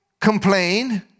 complain